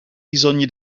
bisogni